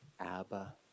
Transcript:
Abba